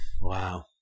Wow